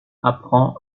apprend